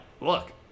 look